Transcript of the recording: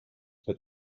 but